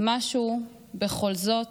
/ משהו, בכל זאת,